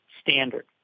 standard